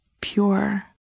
pure